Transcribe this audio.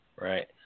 Right